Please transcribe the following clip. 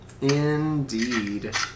Indeed